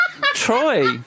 Troy